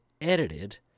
edited